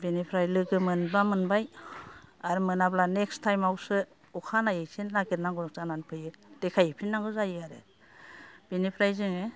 बिनिफ्राय लोगो मोनबा मोनबाय आरो मोनाब्ला नेक्स्त टाइमआवसो अखा नायैसो नागिरनांगौ जानानै फैयो देखाय हैफिननांगौ जायो आरो बेनिफ्राय जोङो